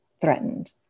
threatened